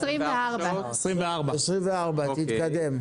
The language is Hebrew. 24. 24. תתקדם.